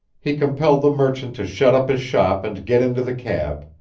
he compelled the merchant to shut up his shop and get into the cab,